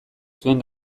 zuen